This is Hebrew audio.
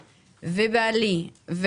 בעלי,